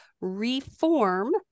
reform